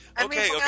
okay